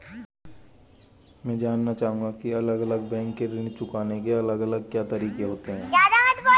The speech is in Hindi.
मैं जानना चाहूंगा की अलग अलग बैंक के ऋण चुकाने के अलग अलग क्या तरीके होते हैं?